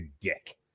dick